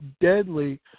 deadly